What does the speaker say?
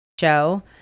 show